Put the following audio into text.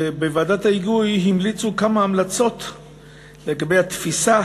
בוועדת ההיגוי המליצו כמה המלצות לגבי התפיסה